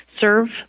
serve